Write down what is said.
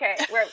okay